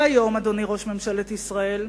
והיום, אדוני ראש ממשלת ישראל,